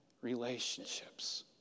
relationships